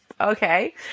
okay